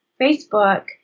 Facebook